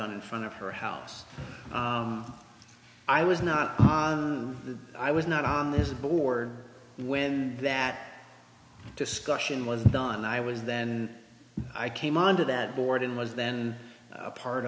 done in front of her house i was not the i was not on this board when that discussion was done i was then i came onto that board and was then a part